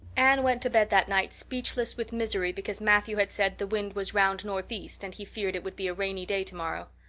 anne went to bed that night speechless with misery because matthew had said the wind was round northeast and he feared it would be a rainy day tomorrow.